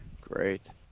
great